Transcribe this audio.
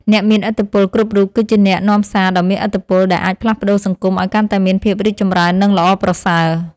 អ្នកមានឥទ្ធិពលគ្រប់រូបគឺជាអ្នកនាំសារដ៏មានឥទ្ធិពលដែលអាចផ្លាស់ប្តូរសង្គមឱ្យកាន់តែមានភាពរីកចម្រើននិងល្អប្រសើរ។